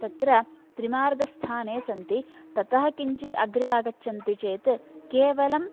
तत्र त्रिमार्गस्थाने सन्ति ततः किञ्चित् अग्रे आगच्छन्ति चेत् केवलम्